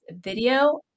video